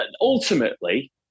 ultimately